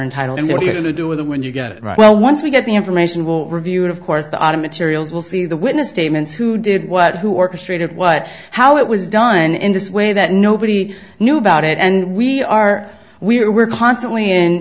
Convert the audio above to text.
entitled to do with when you get it right well once we get the information will review it of course the autumn materials will see the witness statements who did what who orchestrated what how it was done in this way that nobody knew about it and we are we were constantly